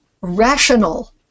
rational